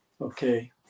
okay